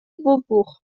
beaubourg